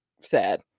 sad